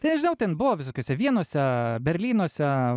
tai nežinau ten buvo visokiose vienose berlynuose